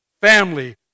family